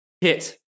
hit